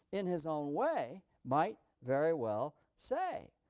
in his own way, might very well say.